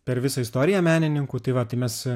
per visą istoriją menininkų tai va tai mes